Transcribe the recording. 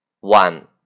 One